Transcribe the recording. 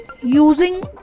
using